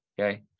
okay